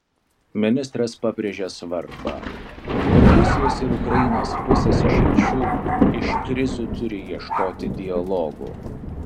ministras pabrėžė svarbą kad rusijos ir ukrainos pusės išeičių iš krizių turi ieškoti dialogu